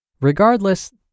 Regardless